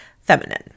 feminine